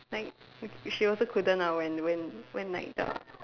like she also couldn't lah when when when like the